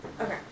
Okay